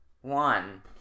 one